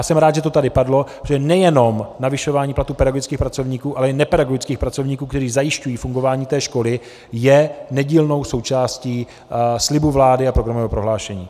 Jsem rád, že to tady padlo, že nejenom navyšování platů pedagogických pracovníků, ale i nepedagogických pracovníků, kteří zajišťují fungování té školy je nedílnou součástí slibu vlády a programového prohlášení.